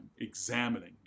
examining